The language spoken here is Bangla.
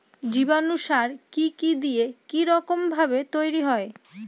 জীবাণু সার কি কি দিয়ে কি রকম ভাবে তৈরি হয়?